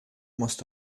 must